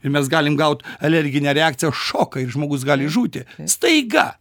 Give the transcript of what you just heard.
ir mes galim gaut alerginę reakciją šoką ir žmogus gali žūti staiga